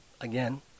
again